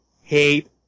hate